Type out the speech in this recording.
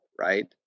right